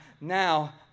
Now